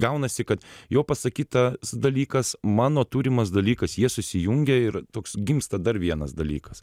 gaunasi kad jo pasakytas dalykas mano turimas dalykas jie susijungia ir toks gimsta dar vienas dalykas